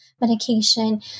medication